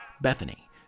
Bethany